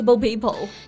people